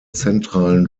zentralen